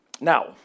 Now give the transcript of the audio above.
Now